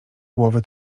głowy